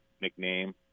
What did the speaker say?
nickname